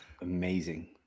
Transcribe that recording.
amazing